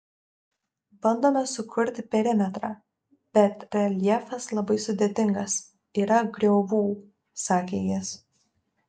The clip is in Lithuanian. bandome sukurti perimetrą bet reljefas labai sudėtingas yra griovų sakė jis